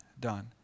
done